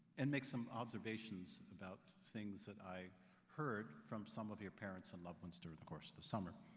and make some observations about things that i heard from some of your parents and loved ones during the course of the summer.